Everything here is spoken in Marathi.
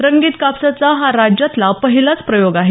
रंगीत कापसाचा हा राज्यातला पहिलाच प्रयोग आहे